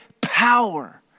power